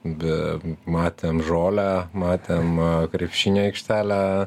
be matėm žolę matėm krepšinio aikštelę